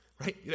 right